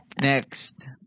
Next